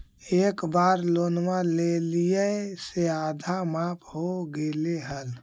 एक बार लोनवा लेलियै से आधा माफ हो गेले हल?